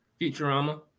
Futurama